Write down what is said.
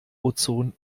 ozon